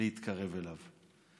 להתקרב אליו.